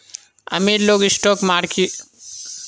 अमीर लोग स्टॉक मार्किटत शेयर खरिदे अपनार पैसा बढ़ा छेक